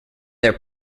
their